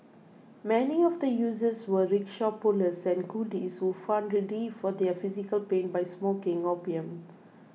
many of the users were rickshaw pullers and coolies who found relief for their physical pain by smoking opium